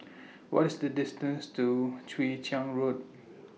What IS The distance to Chwee Chian Road